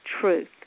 truth